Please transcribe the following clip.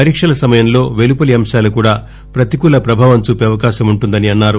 పరీక్షల సమయంలో వెలుపలి అంశాలు కూడా పతికూల ప్రభావం చూపే అవకాశం ఉంటుందని అన్నారు